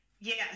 Yes